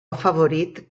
afavorit